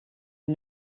est